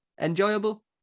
enjoyable